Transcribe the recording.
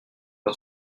par